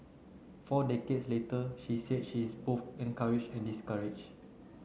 four decades later she said she is both encouraged and discouraged